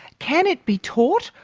can it be taught,